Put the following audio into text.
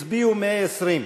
הצביעו 120,